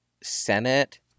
Senate